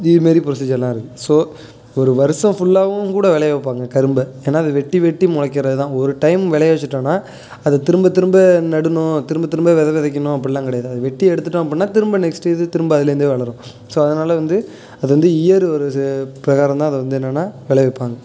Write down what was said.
இதேமாரி ப்ரொசீஜர்லாம் இருக்குது ஸோ ஒரு வருடம் ஃபுல்லாகவும் கூட விளைவிப்பாங்க கரும்பை ஏன்னால் அது வெட்டி வெட்டி முளைக்கிறது தான் ஒரு டைம் விளைவிச்சிட்டோன்னா அது திரும்பத் திரும்ப நடணும் திரும்பத் திரும்ப விதை விதைக்கணும் அப்படிலாம் கிடையாது அதை வெட்டி எடுத்துவிட்டோம் அப்புடின்னா திரும்ப நெக்ஸ்ட்டு இது திரும்ப அதுலேருந்தே வளரும் ஸோ அதனால் வந்து அது வந்து இயர் ஒரு ச பிரகாரம் தான் அதை வந்து என்னான்னால் விளைவிப்பாங்க